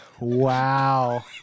Wow